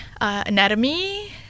anatomy